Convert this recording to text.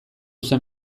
zen